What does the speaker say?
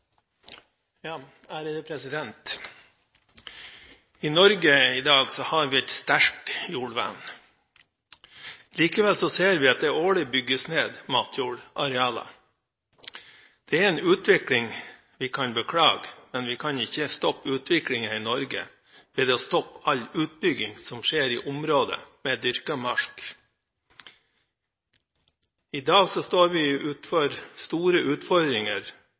I Norge i dag har vi et sterkt jordvern. Likevel ser vi at det årlig bygges ned matjordarealer. Det er en utvikling vi kan beklage, men vi kan ikke stoppe utviklingen i Norge ved å stoppe all utbygging som skjer i områder med dyrket mark. I dag står vi overfor store